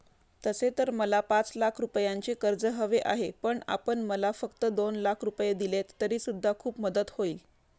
तसे तर मला पाच लाख रुपयांचे कर्ज हवे आहे, पण आपण मला फक्त दोन लाख रुपये दिलेत तरी सुद्धा खूप मदत होईल